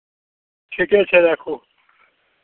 ठीके छै राखू